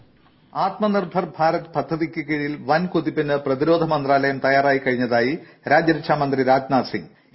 voice Atmanirbhar Bharat പദ്ധതിക്ക് കീഴിൽ വൻകുതിപ്പിന് പ്രതിരോധ മന്ത്രാലയം തയ്യാറായി കഴിഞ്ഞതായി രാജ്യരക്ഷാമന്ത്രി രാജ്നാഥ്സിംഗ്